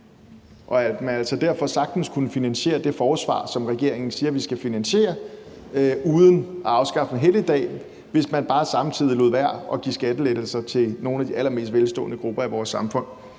og at man altså derfor sagtens kunne finansiere det forsvar, som regeringen siger vi skal finansiere, uden at afskaffe en helligdag, hvis man bare samtidig lod være at give skattelettelser til nogle af de allermest velstående grupper i vores samfund?